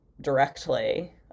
directly